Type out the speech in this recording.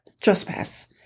trespass